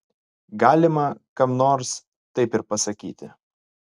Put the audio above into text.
galima kam nors taip ir pasakyti